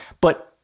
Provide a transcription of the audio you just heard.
But-